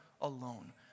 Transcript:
alone